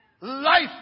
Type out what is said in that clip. Life